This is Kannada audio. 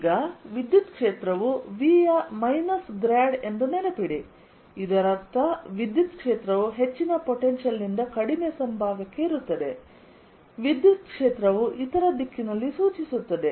ಈಗ ವಿದ್ಯುತ್ ಕ್ಷೇತ್ರವು V ಯ ಮೈನಸ್ ಗ್ರಾಡ್ ಎಂದು ನೆನಪಿಡಿ ಮತ್ತು ಇದರರ್ಥ ವಿದ್ಯುತ್ ಕ್ಷೇತ್ರವು ಹೆಚ್ಚಿನ ಪೊಟೆನ್ಶಿಯಲ್ ನಿಂದ ಕಡಿಮೆ ಸಂಭಾವ್ಯಕ್ಕೆ ಇರುತ್ತದೆ ವಿದ್ಯುತ್ ಕ್ಷೇತ್ರವು ಇತರ ದಿಕ್ಕಿನಲ್ಲಿ ಸೂಚಿಸುತ್ತದೆ